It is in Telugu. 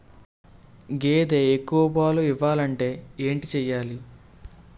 గేదె ఎక్కువ పాలు ఇవ్వాలంటే ఏంటి చెయాలి?